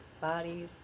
body